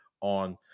on